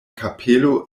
kapelo